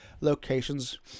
locations